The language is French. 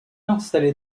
installé